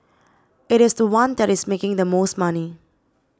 it is the one that is making the most money